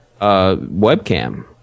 webcam